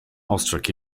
ostrzegł